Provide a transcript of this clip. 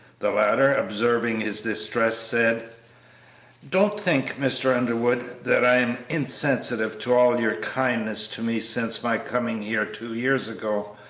the latter, observing his distress, said don't think, mr. underwood, that i am insensible to all your kindness to me since my coming here two years ago.